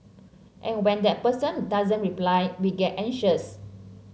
and when that person doesn't reply we get anxious